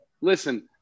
listen